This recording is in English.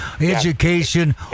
education